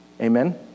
Amen